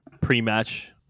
pre-match